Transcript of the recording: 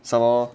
somehow